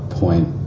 Point